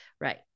Right